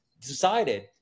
decided